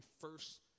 first